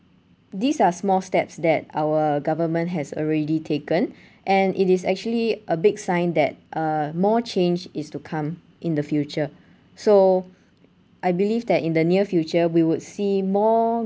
these are small steps that our government has already taken and it is actually a big sign that uh more change is to come in the future so I believe that in the near future we would see more